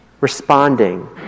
responding